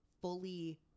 fully